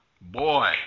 Boy